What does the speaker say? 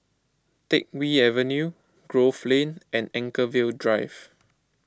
Teck Whye Avenue Grove Lane and Anchorvale Drive